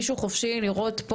תרבות חופשית.